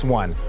one